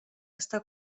està